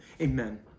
Amen